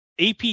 AP